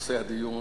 נושא הדיון